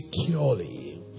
securely